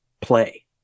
play